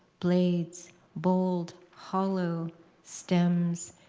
blades bold hollow stems,